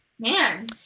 man